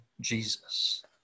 Jesus